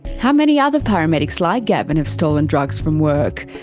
how many other paramedics like gavin have stolen drugs from work?